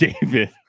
David